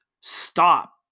stop